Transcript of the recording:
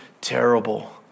terrible